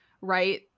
right